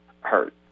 hurt